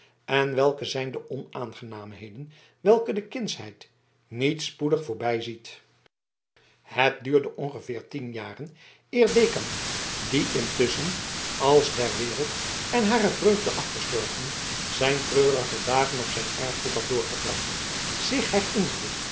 en welke zijn de onaangenaamheden welke de kindsheid niet spoedig voorbijziet het duurde ongeveer tien jaren eer dekama die intusschen als der wereld en hare vreugde afgestorven zijn treurige dagen op zijn erfgoed had doorgebracht zich